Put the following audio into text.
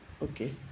Okay